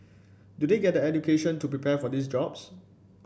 do they get the education to prepare for these jobs